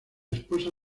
esposa